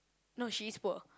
no she is poor